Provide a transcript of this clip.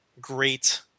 great